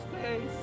face